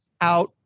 out